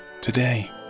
today